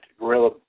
gorilla